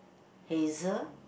hazel